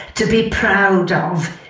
to be proud of,